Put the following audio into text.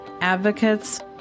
advocates